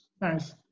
Nice